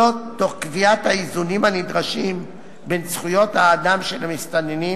תוך קביעת האיזונים הנדרשים בין זכויות האדם של המסתננים